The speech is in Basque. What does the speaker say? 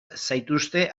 zaituzte